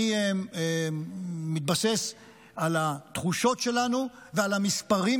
אני מתבסס על התחושות שלנו ועל המספרים